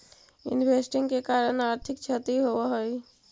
investing के कारण आर्थिक क्षति होवऽ हई